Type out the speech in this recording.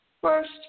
First